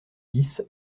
dix